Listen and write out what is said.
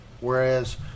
Whereas